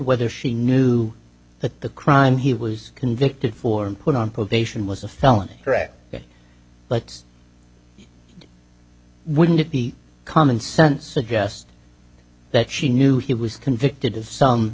whether she knew that the crime he was convicted for and put on probation was a felony correct yes let's wouldn't it be common sense suggests that she knew he was convicted of some